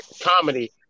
Comedy